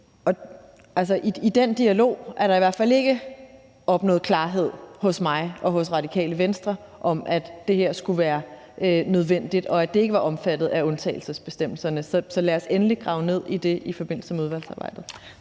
i den dialog er der i hvert fald ikke opnået klarhed hos mig og hos Radikale Venstre om, at det her skulle være nødvendigt, og at det ikke er omfattet af undtagelsesbestemmelserne. Så lad os endelig grave ned i det i forbindelse med udvalgsarbejdet.